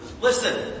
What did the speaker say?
Listen